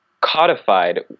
codified